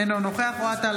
אינו נוכח אוהד טל,